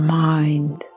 mind